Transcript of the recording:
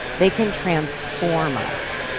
they can transform us.